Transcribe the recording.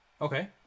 Okay